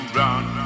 run